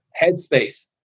Headspace